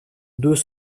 deux